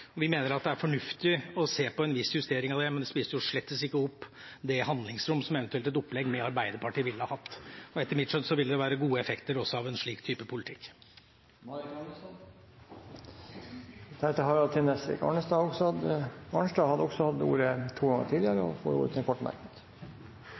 kr. Vi mener det er fornuftig å se på en viss justering av det, men det spiser slett ikke opp det handlingsrommet som et eventuelt opplegg med Arbeiderpartiet ville hatt. Etter mitt skjønn ville det være gode effekter også av en slik type politikk. Representanten Marit Arnstad har hatt ordet to ganger tidligere